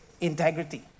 integrity